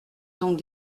donc